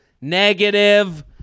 negative